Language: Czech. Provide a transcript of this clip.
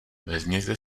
vezměte